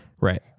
Right